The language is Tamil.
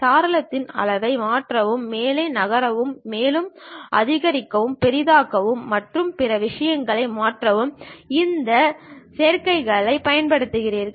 சாளரத்தின் அளவை மாற்றவும் மேலே நகரவும் மேலும் அதிகரிக்கவும் பெரிதாக்கவும் மற்றும் பிற விஷயங்களை மாற்றவும் இந்த சேர்க்கைகளைப் பயன்படுத்துகிறீர்கள்